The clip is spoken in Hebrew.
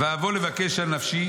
ואבוא לבקש על נפשי